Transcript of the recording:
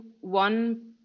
one